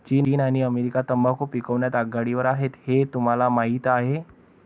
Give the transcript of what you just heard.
चीन आणि अमेरिका तंबाखू पिकवण्यात आघाडीवर आहेत हे तुम्हाला माहीत आहे